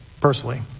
Personally